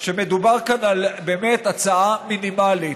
שמדובר כאן באמת על הצעה מינימלית,